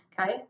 okay